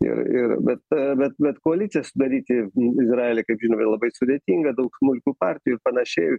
ir ir bet bet bet koaliciją sudaryti izraelį kaip žinom yra labai sudėtinga daug smulkių partijų ir panašiai